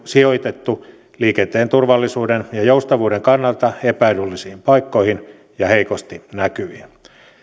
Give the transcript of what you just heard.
sijoitettu liikenteen turvallisuuden ja joustavuuden kannalta epäedullisiin paikkoihin ja heikosti näkyville